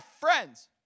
friends